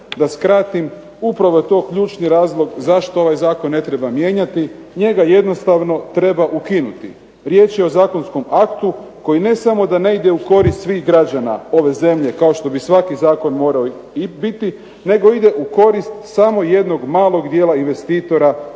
da skratim. Upravo je to ključni razlog zašto ovaj zakon ne treba mijenjati. Njega jednostavno treba ukinuti. Riječ je o zakonskom aktu koji ne samo da ne ide u korist svih građana ove zemlje kao što bi svaki zakon morao i biti, nego ide u korist samo jednog malog dijela investitora